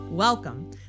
Welcome